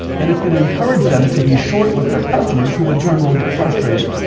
then it's going to encourage them to be short with their customers who, in turn, will get frustrated,